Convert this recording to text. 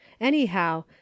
Anyhow